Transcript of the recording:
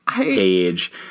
age